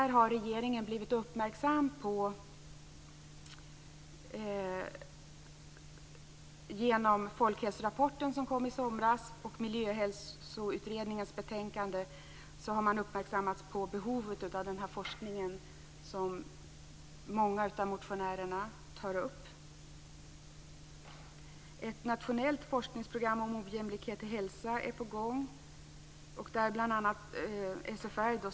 Regeringen har genom den folkhälsorapport som lades fram i somras och Miljöhälsoutredningens betänkande blivit uppmärksammad på behovet av den forskning som många motionärer tar upp. Ett nationellt forskningsprogram om ojämlikhet i hälsa är på gång.